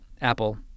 Apple